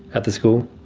at the school?